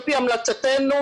לפי המלצתנו,